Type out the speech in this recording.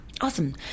Awesome